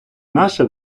наше